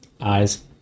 Eyes